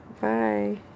bye